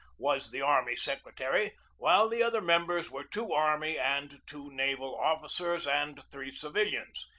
was the army secretary, while the other members were two army and two naval officers, and three civilians,